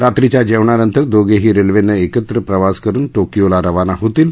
रात्रीच्या जेवणानंतर दोघेही रेल्वेने एकत्र प्रवास करुन टोकियोला खाना होतील